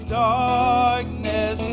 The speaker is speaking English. darkness